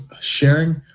sharing